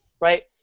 right